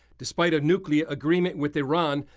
despite a nuclear agreement with iran,